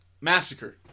Massacre